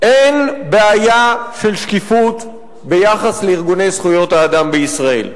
אין בעיה של שקיפות ביחס לארגוני זכויות האדם בישראל.